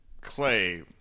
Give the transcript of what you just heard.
Clay